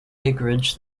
acreage